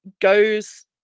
goes